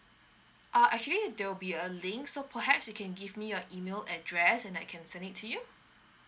uh actually there will be a link so perhaps you can give me your email address and I can send it to you